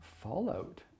fallout